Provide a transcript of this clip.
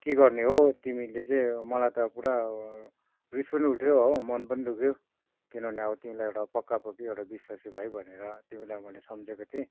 के गर्ने हो तिमीले चाहिँ मलाई त पुरा रिस पनि उठ्यो हो मन पनि दुख्यो किनभने अब तिमीलाई अब पक्कापक्की एउटा बिस्वासी भाइ भनेर तिमीलाई मैले सम्झेको थिएँ